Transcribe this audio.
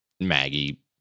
Maggie